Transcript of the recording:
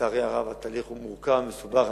לצערי הרב, התהליך הוא מורכב, מסובך.